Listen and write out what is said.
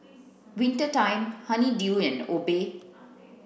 Winter Time Honey Dew and Obey